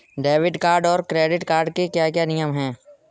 Debit card और credit card के क्या क्या नियम हैं?